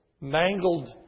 mangled